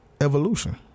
evolution